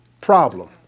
problem